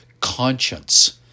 conscience